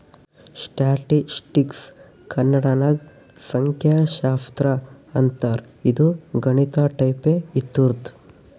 ಸ್ಟ್ಯಾಟಿಸ್ಟಿಕ್ಸ್ಗ ಕನ್ನಡ ನಾಗ್ ಸಂಖ್ಯಾಶಾಸ್ತ್ರ ಅಂತಾರ್ ಇದು ಗಣಿತ ಟೈಪೆ ಇರ್ತುದ್